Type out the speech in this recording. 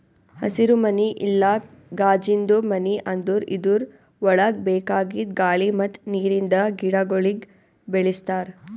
ಹಸಿರುಮನಿ ಇಲ್ಲಾ ಕಾಜಿಂದು ಮನಿ ಅಂದುರ್ ಇದುರ್ ಒಳಗ್ ಬೇಕಾಗಿದ್ ಗಾಳಿ ಮತ್ತ್ ನೀರಿಂದ ಗಿಡಗೊಳಿಗ್ ಬೆಳಿಸ್ತಾರ್